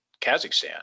Kazakhstan